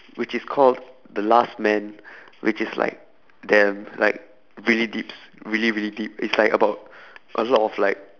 which is called the last man which is like damn like really deeps really really deep it's like about a lot of like